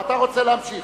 לא.